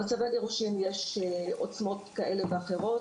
במצבי גירושין יש עוצמות כאלה ואחרות,